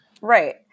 Right